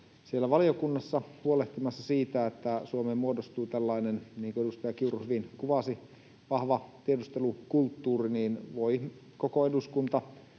valiokunnassa huolehtimassa siitä, että Suomeen muodostuu tällainen — niin kuin edustaja Kiuru hyvin kuvasi — vahva tiedustelukulttuuri, niin voi koko eduskunta